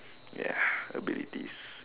ya abilities